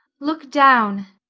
look down,